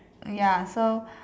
ya so